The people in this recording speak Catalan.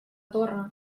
torre